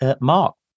Mark